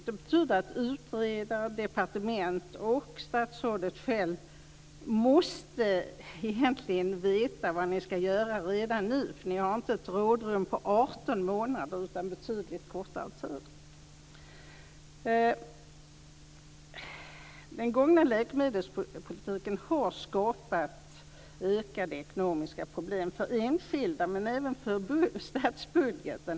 Det betyder att utredare, departement och statsrådet själv egentligen måste veta vad man skall göra redan nu. Ni har inte ett rådrum på 18 månader utan på betydligt kortare tid. Den tidigare läkemedelspolitiken har skapat ökade ekonomiska problem för enskilda, men även för statsbudgeten.